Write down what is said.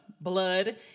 blood